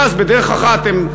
ואז בדרך אחת הם,